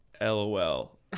LOL